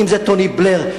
אם זה טוני בלייר,